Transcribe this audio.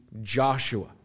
Joshua